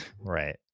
Right